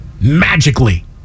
magically